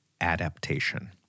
adaptation